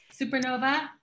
supernova